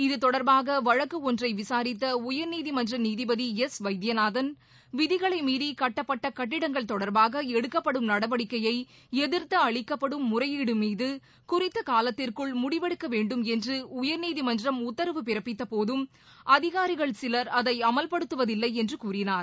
இத்தொடர்பாக வழக்கு ஜன்றை விசாரித்த உயர்நீதிமன்ற நீதிபதி எஸ் வைத்தியநாதன் விதிகளை மீறி கட்டப்பட்ட கட்டிடங்கள் தொடர்பாக எடுக்கப்படும் நடவடிக்கையை எதிர்த்து அளிக்கப்படும் முறையீடு மீது குறித்த காலத்திற்குள் முடிவெடுக்க வேண்டும் என்று உயர்நீதிமன்றம் உத்தரவு பிறப்பித்த போதும் அதிகாரிகள் சிலர் அதை அமல்படுத்துவதில்லை என்று கூறினார்